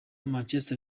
manchester